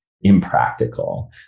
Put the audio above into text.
impractical